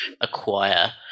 acquire